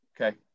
Okay